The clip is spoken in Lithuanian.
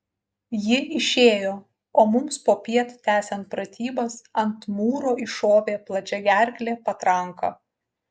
ji išėjo o mums popiet tęsiant pratybas ant mūro iššovė plačiagerklė patranka